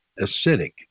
acidic